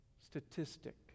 statistic